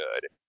good